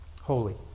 Holy